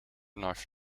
knife